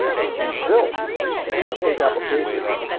and he built single-page applications,